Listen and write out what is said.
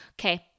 okay